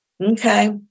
Okay